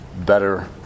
better